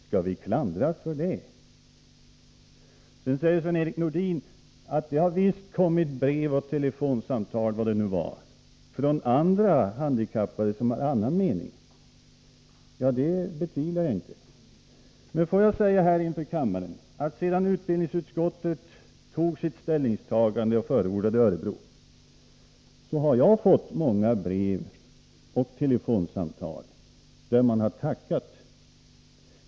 Skall vi klandras för detta? Sedan säger Sven-Erik Nordin att det visst har kommit brev och telefonsamtal från andra handikappade som har en annan mening. Det Nr 52 betvivlar jag inte. Men får jag säga inför kammaren, att sedan utbildningsutskottet gjorde sitt ställningstagande och förordade Örebro, har OR jag fått många brev och telefonsamtal där man har tackat.